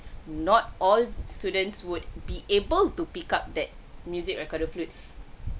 not all students would be able to pick up that music recorder flute